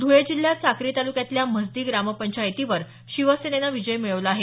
धुळे जिल्ह्यात साक्री तालुक्यातल्या म्हसदी ग्रामपंचायतीवर शिवसेनेनं विजय मिळवला आहे